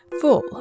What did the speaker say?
full